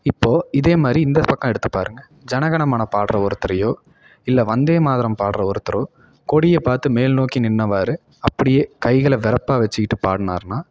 இப்போது இதேமாதிரி இந்த பக்கம் எடுத்து பாருங்க ஜனகனமன பாடுற ஒருத்தரையோ இல்லை வந்தே மாதரம் பாடுற ஒருத்தரோ கொடியை பார்த்து மேல் நோக்கி நின்றவாறு அப்படியே கைகளை வெரைப்பா வச்சுக்கிட்டு பாடினாருன்னா